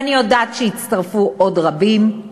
ואני יודעת שיצטרפו עוד רבים.